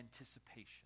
anticipation